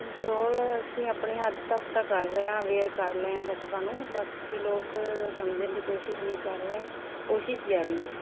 control ਅਸੀਂ ਆਪਣੀ ਹੱਦ ਤੱਕ ਤਾਂ ਕਰ ਰਹੇ ਹਾਂ ਅਵੇਅਰ ਕਰ ਰਹੇ ਹਾਂ ਲੋਕਾਂ ਨੂੰ ਬਾਕੀ ਲੋਕ ਸਮਝਣ ਦੀ ਕੋਸ਼ਿਸ਼ ਨਹੀਂ ਕਰ ਰਹੇ ਕੋਸ਼ਿਸ਼ ਜਾਰੀ ਹੈ